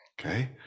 Okay